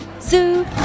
Zoo